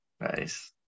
Nice